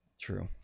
true